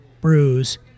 bruise